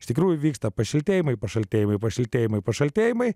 iš tikrųjų vyksta pašiltėjimai pašaltėjimai pašiltėjimai pašaltėjimai